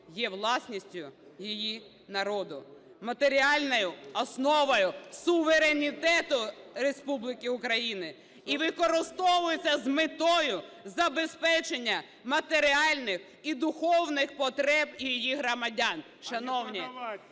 є власністю її народу, матеріальною основою суверенітету Республіки Україна і використовується з метою забезпечення матеріальних і духовних потреб її громадян".